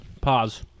Pause